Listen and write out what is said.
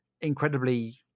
incredibly